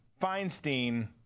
Feinstein